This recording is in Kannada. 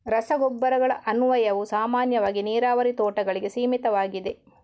ರಸಗೊಬ್ಬರಗಳ ಅನ್ವಯವು ಸಾಮಾನ್ಯವಾಗಿ ನೀರಾವರಿ ತೋಟಗಳಿಗೆ ಸೀಮಿತವಾಗಿದೆ